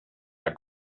der